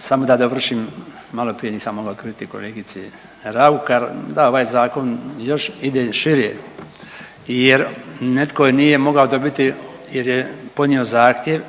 Samo da dovršim, maloprije nisam mogao kritiku kolegici Raukar, da ovaj zakon još ide šire jer netko nije mogao dobiti jer je podnio zahtjev,